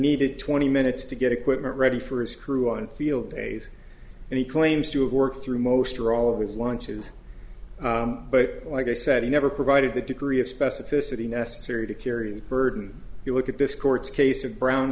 needed twenty minutes to get equipment ready for his crew on field days and he claims to have worked through most or all of his launches but like i said he never provided the degree of specificity necessary to carry that burden you look at this court's case of brown